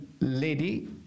lady